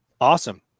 Awesome